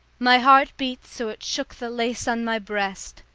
my heart beat so it shook the lace on my breast,